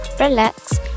relax